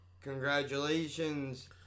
congratulations